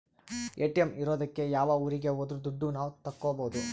ATM ಇರೋದಕ್ಕೆ ಯಾವ ಊರಿಗೆ ಹೋದ್ರು ದುಡ್ಡು ನಾವ್ ತಕ್ಕೊಬೋದು